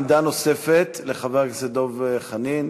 עמדה נוספת לחבר הכנסת דב חנין,